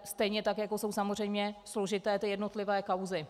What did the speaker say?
Stejně tak, jako jsou samozřejmě složité jednotlivé kauzy.